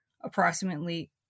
approximately